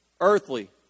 Earthly